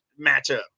matchup